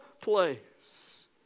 place